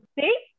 see